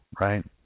right